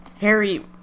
Harry